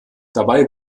dabei